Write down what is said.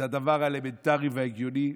זה הדבר האלמנטרי וההגיוני,